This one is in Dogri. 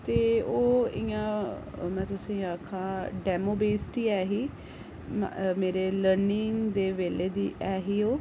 ते ओह् इ'यां में तुसेंगी आक्खां डैमो वेसड बी ऐ ही और मेरे लर्निंग दे बेल्ले दी ऐ ही ओह्